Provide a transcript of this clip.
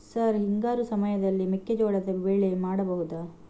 Sir ಹಿಂಗಾರು ಸಮಯದಲ್ಲಿ ಮೆಕ್ಕೆಜೋಳದ ಬೆಳೆ ಮಾಡಬಹುದಾ?